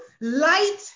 light